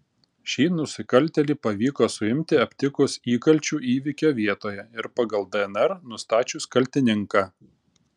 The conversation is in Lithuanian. šį nusikaltėlį pavyko suimti aptikus įkalčių įvykio vietoje ir pagal dnr nustačius kaltininką